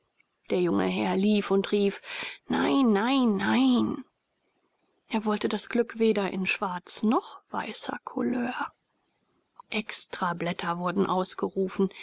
der junge herr lief und rief nein nein nein er wollte das glück weder in schwarzer noch weißer couleur extrablätter wurden ausgerufen